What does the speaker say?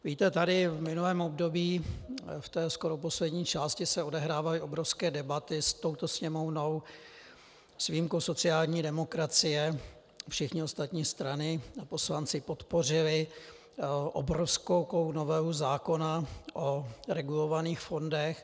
Víte, tady v minulém období v té skoro poslední části se odehrávaly obrovské debaty s touto sněmovnou s výjimkou sociální demokracie, všechny ostatní strany a poslanci podpořili obrovskou novelu zákona o regulovaných fondech.